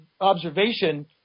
observation